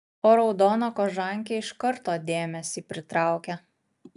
o raudona kožankė iš karto dėmesį pritraukia